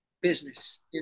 business